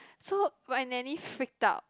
so my nanny freaked out